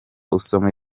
usoma